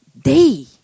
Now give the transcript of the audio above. day